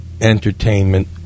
entertainment